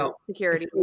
security